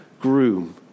groom